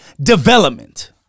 development